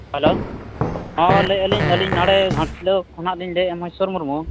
hello ᱦᱮᱸ ᱞᱟᱹᱭᱮᱫᱼᱟᱞᱤᱧ ᱱᱚᱰᱮ ᱜᱷᱟᱴᱥᱤᱞᱟᱹ ᱠᱷᱚᱱᱟᱜ ᱞᱤᱧ ᱞᱟᱹᱭᱮᱫᱼᱟ ᱢᱚᱦᱮᱥᱥᱚᱨ ᱢᱩᱨᱢᱩ